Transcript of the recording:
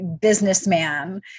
businessman